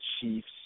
Chiefs